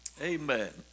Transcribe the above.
Amen